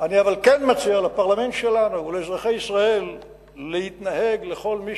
אבל אני כן מציע לפרלמנט שלנו ולאזרחי ישראל להתנהג לכל מי